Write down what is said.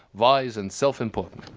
wise and self-important